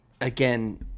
again